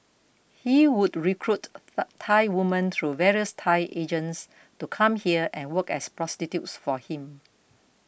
he would recruit Thai women through various Thai agents to come here and work as prostitutes for him